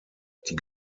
die